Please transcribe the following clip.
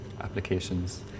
applications